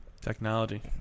Technology